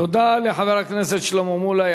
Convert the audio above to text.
תודה לחבר הכנסת שלמה מולה.